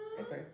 Okay